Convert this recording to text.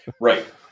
Right